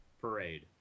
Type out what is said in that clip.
parade